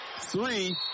three